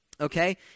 okay